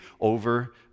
over